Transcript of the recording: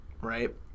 right